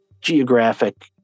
geographic